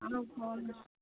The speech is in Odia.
ଆମର ଫୋନ୍